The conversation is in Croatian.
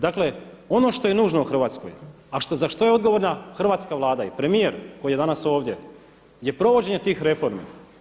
Dakle, ono što je nužno u Hrvatskoj, a za što je odgovorna hrvatska Vlada i premijer koji je danas ovdje, je provođenje tih reformi.